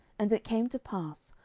and it came to pass,